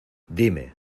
dime